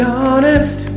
honest